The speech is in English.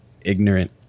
ignorant